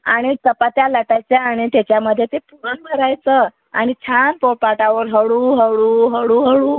आणि चपात्या लाटायच्या आणि त्याच्यामध्ये ते पुरण भरायचं आणि छान पोळपाटावर हळू हळू हळू हळू